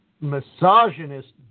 misogynist